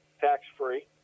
tax-free